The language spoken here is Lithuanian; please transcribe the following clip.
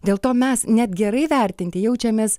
dėl to mes net gerai vertinti jaučiamės